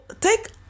take